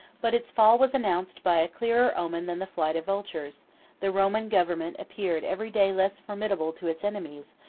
but its fall was announced by a clearer omen than the flight of vultures the roman government appeared every day less formidable to its enemies,